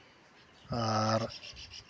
ᱟᱨ